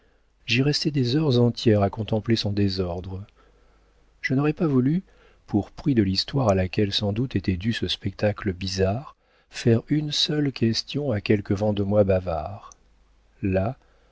j'y restais des heures entières à contempler son désordre je n'aurais pas voulu pour prix de l'histoire à laquelle sans doute était dû ce spectacle bizarre faire une seule question à quelque vendômois bavard là